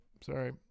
Sorry